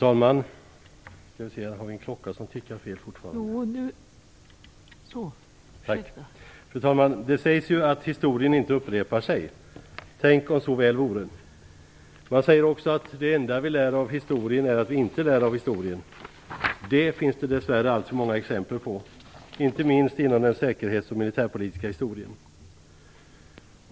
Fru talman! Det sägs ju att historien inte upprepar sig. Tänk om det vore så väl! Man säger också att det enda vi lär av historien är att vi inte lär av historien. Det finns det dess värre alltför många exempel på - inte minst inom den säkerhets och militärpolitiska historien.